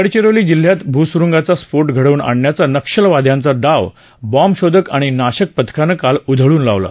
गडचिरोली जिल्ह्यात भुसुरूंगाचा स्फोट घडवून आणण्याचा नक्षलवाद्यांचा डाव बॅम्ब शोधक आणि नाशक पथकानं काल उधळून लावला